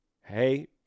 hey